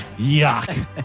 Yuck